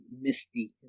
misty